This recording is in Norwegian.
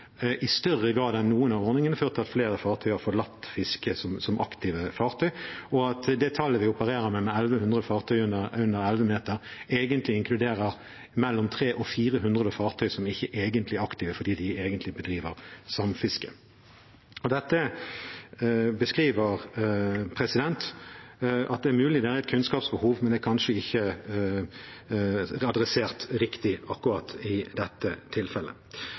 ordningene – at flere fartøy har forlatt fiske som aktive fartøy, og at det tallet vi opererer med, 1 100 fartøy under elleve meter, egentlig inkluderer mellom 300 og 400 fartøy som ikke egentlig er aktive, fordi de egentlig bedriver samfiske. Dette beskriver at det er mulig at det er et kunnskapsbehov, men det er kanskje ikke adressert riktig akkurat i dette tilfellet.